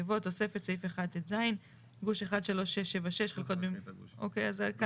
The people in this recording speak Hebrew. יבוא: "תוספת (סעיף 1(טז)) גוש 13676 - חלקות במלואן 11 - 13,